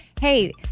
hey